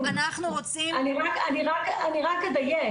אני אדייק.